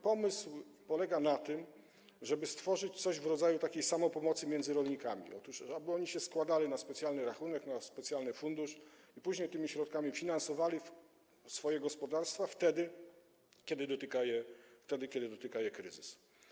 Pomysł polega na tym, żeby stworzyć coś w rodzaju takiej samopomocy między rolnikami, aby oni się składali na specjalny rachunek, na specjalny fundusz i później tymi środkami finansowali swoje gospodarstwa, wtedy kiedy dotyka je kryzys.